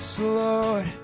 Lord